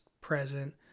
present